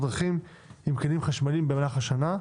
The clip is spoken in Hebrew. דרכים עם כלים חשמליים במהלך השנה.